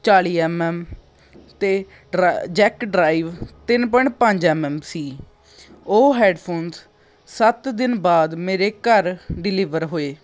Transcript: ਚਾਲ਼ੀ M M ਅਤੇ ਡਰਾ ਜੈਕ ਡਰਾਈਵ ਤਿੰਨ ਪੁਆਇੰਟ ਪੰਜ ਐਮ ਐਮ ਸੀ ਉਹ ਹੈਡਫੋਨਸ ਸੱਤ ਦਿਨ ਬਾਅਦ ਮੇਰੇ ਘਰ ਡਿਲੀਵਰ ਹੋਏ